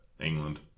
England